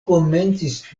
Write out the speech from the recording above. komencis